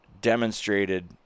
demonstrated